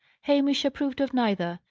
hamish approved of neither,